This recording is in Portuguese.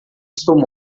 estou